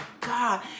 God